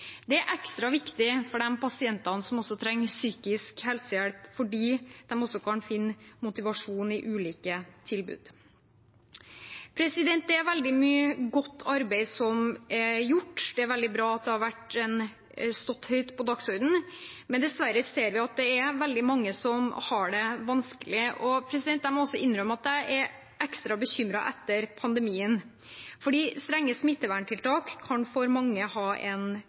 Det er ekstra viktig for de pasientene som trenger psykisk helsehjelp, fordi de også kan finne motivasjon i ulike tilbud. Det er veldig mye godt arbeid som er gjort, og det er veldig bra at det har stått høyt på dagsordenen. Dessverre ser vi at det er veldig mange som har det vanskelig. Jeg må også innrømme at jeg er ekstra bekymret etter pandemien, for strenge smitteverntiltak kan for mange ha en